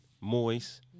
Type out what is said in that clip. moist